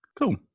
Cool